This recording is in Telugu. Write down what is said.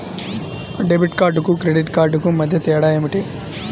డెబిట్ కార్డుకు క్రెడిట్ క్రెడిట్ కార్డుకు మధ్య తేడా ఏమిటీ?